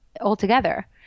altogether